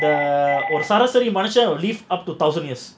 ஒரு சராசரி மனுசன்:oru saraasari manusan lift up two thousand years